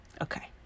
Okay